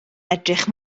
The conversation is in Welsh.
edrych